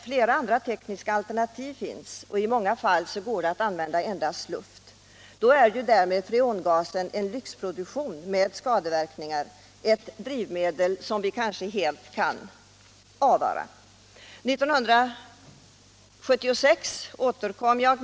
Flera andra tekniska alternativ finns. I många fall går det att använda luft. Därmed är freongas en lyxprodukt med skadeverkningar, ett drivmedel som vi kanske helt kan avvara.